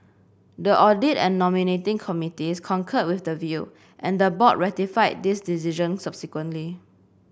the audit and nominating committees concurred with the view and the board ratified this decision subsequently